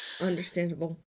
Understandable